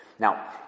Now